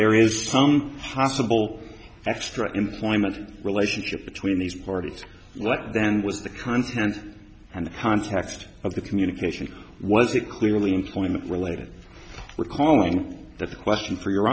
there is some possible extra employment relationship between these parties what then was the content and the context of the communication was it clearly employment related we're calling the question for your